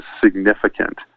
significant